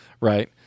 Right